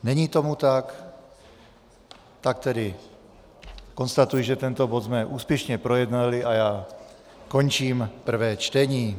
Není tomu tak, tak tedy konstatuji, že tento bod jsme úspěšně projednali, a končím prvé čtení.